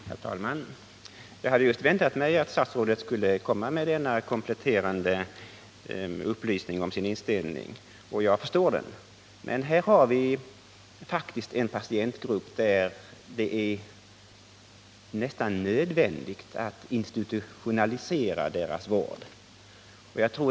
Herr talman! Jag hade just väntat mig att statsrådet skulle komma med denna kompletterande upplysning om sin inställning. Jag förstår den. Men här har vi faktiskt en patientgrupp för vilken det är nästan nödvändigt att man institutionaliserar vården.